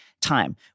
time